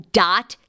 dot